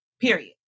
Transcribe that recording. period